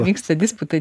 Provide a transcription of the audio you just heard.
vyksta disputai